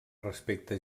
respecte